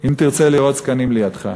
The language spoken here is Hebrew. אם תרצה לראות זקַנים לידך.